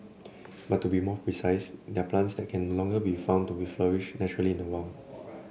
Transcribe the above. but to be more precise they're plants that can no longer be found to flourish naturally in the wild